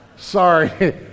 Sorry